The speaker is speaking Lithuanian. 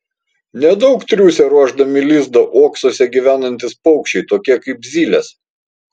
nedaug triūsia ruošdami lizdą uoksuose gyvenantys paukščiai tokie kaip zylės